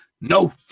No